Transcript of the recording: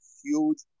huge